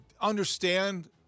understand